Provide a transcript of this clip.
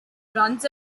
runs